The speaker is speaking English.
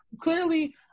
Clearly